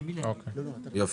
יופי.